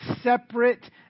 separate